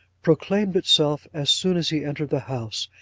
proclaimed itself as soon as he entered the house,